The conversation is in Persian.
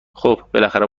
خوب، بالاخره